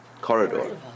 corridor